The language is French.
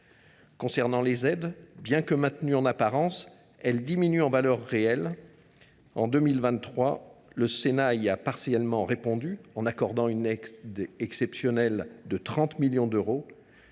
Et les aides, bien que maintenues en apparence, diminuent en valeur réelle. En 2023, le Sénat a partiellement comblé ce manque en accordant une aide exceptionnelle de 30 millions d’euros.